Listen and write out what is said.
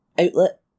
outlet